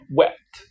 wet